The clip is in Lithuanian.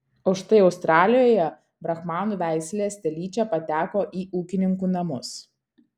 o štai australijoje brahmanų veislės telyčia pateko į ūkininkų namus